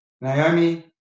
Naomi